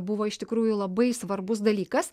buvo iš tikrųjų labai svarbus dalykas